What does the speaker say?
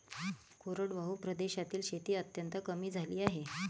कोरडवाहू प्रदेशातील शेती अत्यंत कमी झाली आहे